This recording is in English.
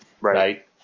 right